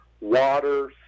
water